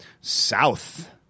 South